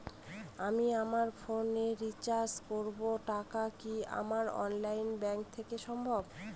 আমি আমার ফোন এ রিচার্জ করব টা কি আমার অনলাইন ব্যাংক থেকেই সম্ভব?